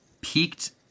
peaked